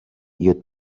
you’d